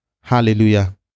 Hallelujah